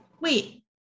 Wait